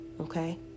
okay